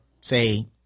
say